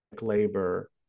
labor